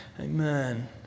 Amen